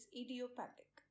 idiopathic